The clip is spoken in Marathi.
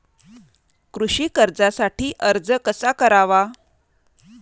कृषी कर्जासाठी अर्ज कसा करावा?